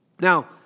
Now